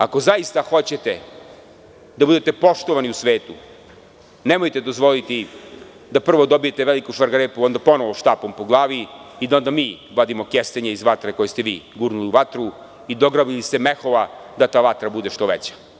Ako zaista hoćete da budete poštovani u svetu, nemojte dozvoliti da prvo dobijete veliku šargarepu, a onda ponovo štapom po glavi i da onda mi vadimo kestenje iz vatre koje ste vi gurnuli u vatru i dograbili se mehova da ta vatra bude što veća.